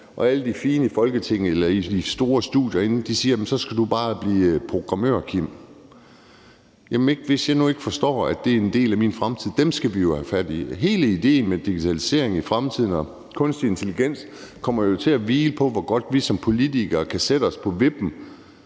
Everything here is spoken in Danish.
Og alle de fine i Folketinget og inde i de store studier siger: Så skal du bare blive programmør, Kim. Hvad hvis jeg nu ikke forstår, at det er en del af min fremtid? Dem skal vi jo have fat i. Hele idéen med digitaliseringen og kunstig intelligens kommer jo i fremtiden til at hvile på, hvor godt vi som politikere kan sætte os på vippen